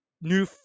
New